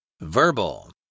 Verbal